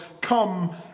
come